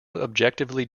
objectively